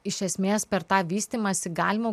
iš esmės per tą vystymąsi galima